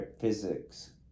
physics